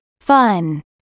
Fun